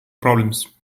problems